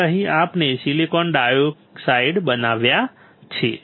તેથી અહીં આપણે સિલિકોન ડાયોક્સાઇડ બનાવ્યા છે